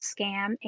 Scam